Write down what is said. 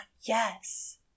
Yes